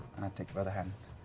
and i take her by the hand.